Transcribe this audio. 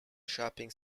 shopping